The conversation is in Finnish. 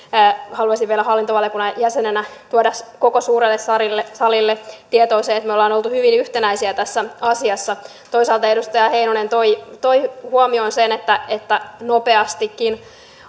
haluaisin vielä hallintovaliokunnan jäsenenä tuoda koko suurelle salille salille tietoon sen että me olemme olleet hyvin yhtenäisiä tässä asiassa toisaalta edustaja heinonen toi toi huomioon sen että että nopeastikin